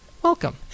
welcome